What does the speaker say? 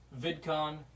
VidCon